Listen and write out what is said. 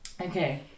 Okay